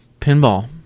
Pinball